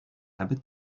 habit